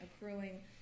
accruing